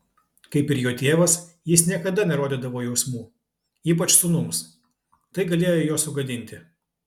kaip ir jo tėvas jis niekada nerodydavo jausmų ypač sūnums tai galėjo juos sugadinti